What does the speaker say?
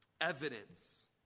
evidence